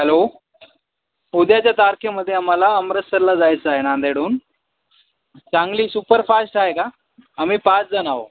hello उद्याच्या तारखेमध्ये आम्हाला अमृतसरला जायचं आहे नांदेडहून चांगली सुपरफास्ट आहे का आम्ही पाच जण आहो